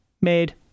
made